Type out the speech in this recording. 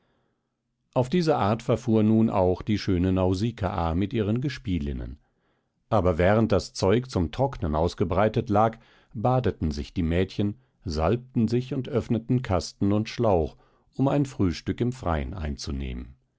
auf diese art verfuhr nun auch die schöne nausikaa mit ihren gespielinnen aber während das zeug zum trocknen ausgebreitet lag badeten sich die mädchen salbten sich und öffneten kasten und schlauch um ein frühstück im freien einzunehmen